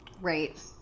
Right